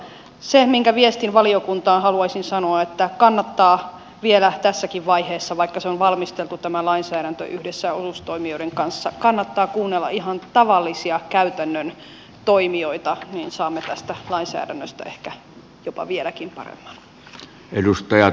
se minkä viestin valiokuntaan haluaisin sanoa on se että kannattaa vielä tässäkin vaiheessa vaikka tämä lainsäädäntö on valmisteltu yhdessä osuustoimijoiden kanssa kuunnella ihan tavallisia käytännön toimijoita niin saamme tästä lainsäädännöstä ehkä jopa vieläkin paremman